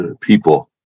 people